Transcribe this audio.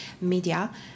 media